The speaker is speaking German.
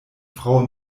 frau